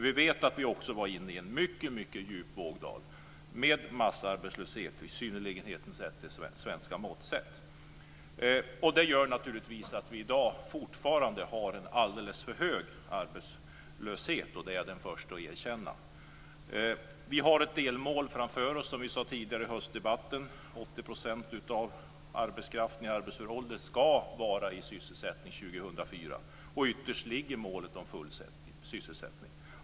Vi vet att vi också var inne i en mycket djup vågdal med massarbetslöshet med svenska mått mätt. Det gör naturligtvis att vi i dag fortfarande har en alldeles för hög arbetslöshet. Det är jag den förste att erkänna. Vi har ett delmål framför oss, som vi sade i höstens debatt. 80 % av arbetskraften i arbetsför ålder ska vara i sysselsättning 2004. Ytterst ligger målet om full sysselsättning.